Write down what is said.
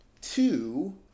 two